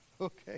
Okay